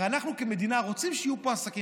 הרי כמדינה אנחנו רוצים שיהיו פה עסקים